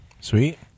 Sweet